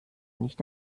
nicht